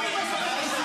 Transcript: לא מתאימות.